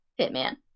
hitman